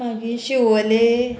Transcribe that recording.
मागीर शिवोले